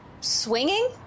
swinging